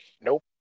Nope